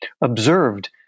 observed